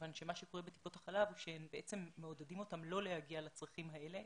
כיוון שבטיפות החלב מעודדים אותן לא להגיע לצרכים האלה,